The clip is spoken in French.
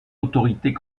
autorités